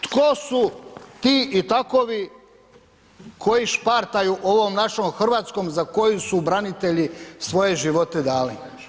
Tko su ti i takovi koji špartaju ovom našom Hrvatskom za koju su branitelji svoje živote dali?